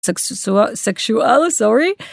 סקסו סקשואל סורי.